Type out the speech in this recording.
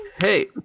Hey